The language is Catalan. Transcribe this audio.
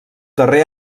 darrer